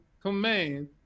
command